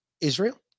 Israel